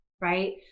Right